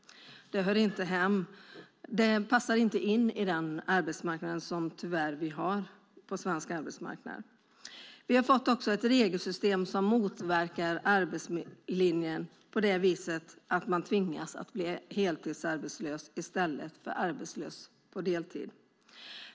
Det passar inte in på svensk arbetsmarknad. Vi har också fått ett regelsystem som motverkar arbetslinjen på det viset att man tvingas att bli heltidsarbetslös i stället för arbetslös på deltid.